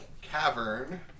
cavern